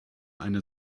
eine